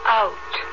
out